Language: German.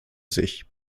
sich